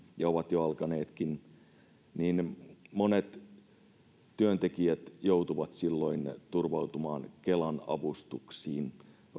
jo alkaneetkin niin monet työntekijät joutuvat silloin turvautumaan kelan avustuksiin